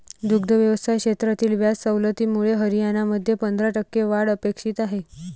दुग्ध व्यवसाय क्षेत्रातील व्याज सवलतीमुळे हरियाणामध्ये पंधरा टक्के वाढ अपेक्षित आहे